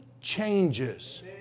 changes